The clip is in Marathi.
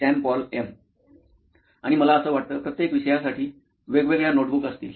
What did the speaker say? श्याम पॉल एम आणि मला वाटतं प्रत्येक विषयासाठी वेगवेगळ्या नोटबुक असतील